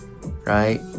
right